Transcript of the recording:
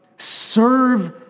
serve